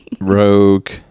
Rogue